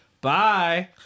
Bye